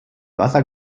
wasser